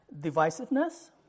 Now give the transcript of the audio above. divisiveness